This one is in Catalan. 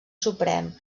suprem